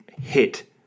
hit